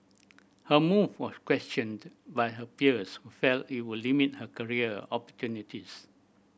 her move was questioned by her peers who felt it would limit her career opportunities